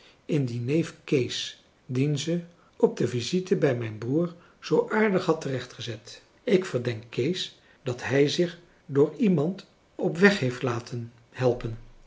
in dien neef kees dien ze op de visite bij mijn broer zoo aardig had terechtgezet ik verdenk kees dat hij zich door iemand op weg heeft laten helpen